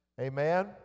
Amen